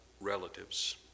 relatives